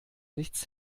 nichts